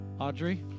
Audrey